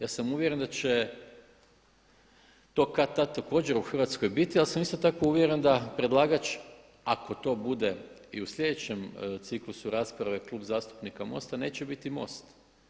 Ja sam uvjeren da će to kad-tad također u Hrvatskoj biti, ali sam isto tako uvjeren da predlagač ako to bude i u sljedećem ciklusu rasprave Klub zastupnika MOST-a neće biti MOST.